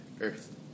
earth